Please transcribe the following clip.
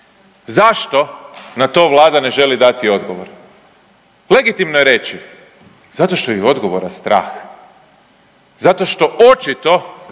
Zašto na to Vlada ne želi dati odgovor? Legitimno je reći, zato što ju je odgovora strah. Zato što očito